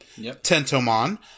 Tentomon